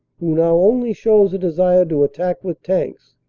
who now only shows a desire to attack with tanks,